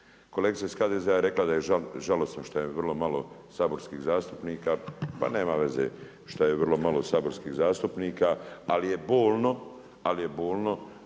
Kolegica iz HDZ-a je rekla da je žalosno što je vrlo malo saborskih zastupnika. Pa nema veze što je vrlo malo saborskih zastupnika, ali je bolno, ali je bolno